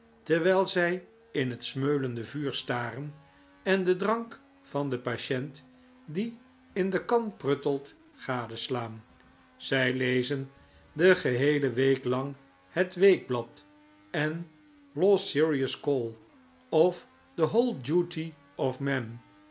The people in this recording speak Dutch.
terwijl zij in het smeulende vuur staren en den drank van den patient die in de kan pruttelt gadeslaan zij lezen de geheele week lang het weekblad en law's serious call of the whole duty of man